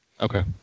Okay